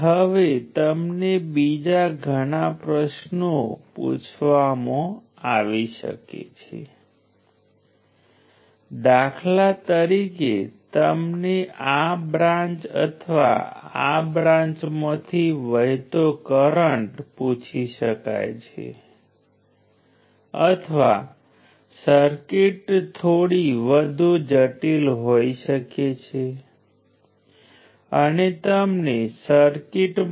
હવે ચાલો આપણે કહીએ કે આ 2 વોલ્ટ 500 સેકન્ડ માટે રઝિસ્ટર ઉપર એપ્લાય કરવામાં આવે છે તેથી આ 500 સેકન્ડના અંતરાલમાં ડીલીવર થયેલી એનર્જી એ પાવર છે જે 4 મિલી વોટ × સમય જે 500 સેકન્ડ છે